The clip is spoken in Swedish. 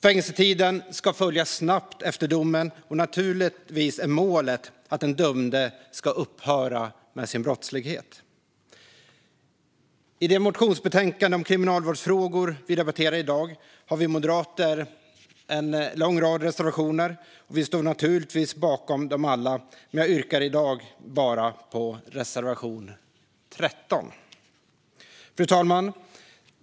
Fängelsetiden ska följa snabbt efter domen, och målet är naturligtvis att den dömde ska upphöra med sin brottslighet. I det motionsbetänkande om kriminalvårdsfrågor som debatteras i dag har vi moderater en lång rad reservationer. Vi står naturligtvis bakom dem alla, men jag yrkar bifall endast till reservation 13. Fru talman!